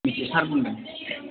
मिथिसार बुंदों